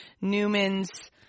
Newman's